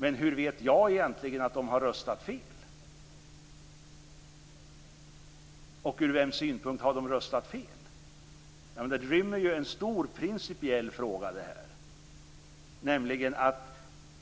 Men hur vet jag egentligen att de har röstat fel? Och från vems synpunkt har de röstat fel? Det här rymmer ju en stor principiell fråga, nämligen att